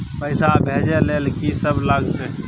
पैसा भेजै ल की सब लगतै?